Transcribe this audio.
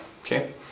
okay